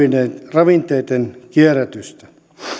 ravinteitten kierrätystä